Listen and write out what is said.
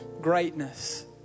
greatness